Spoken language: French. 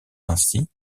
ainsi